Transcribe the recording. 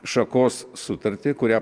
šakos sutartį kurią